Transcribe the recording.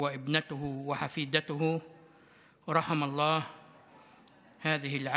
אני רואה איך מתייחסים אליה בעולם,